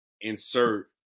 insert